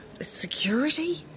Security